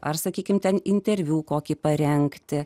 ar sakykime ten interviu kokį parengti